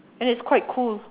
and it's quite cool